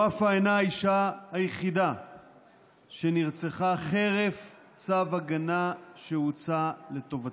ופאא אינה האישה היחידה שנרצחה חרף צו הגנה שהוצא לטובתה.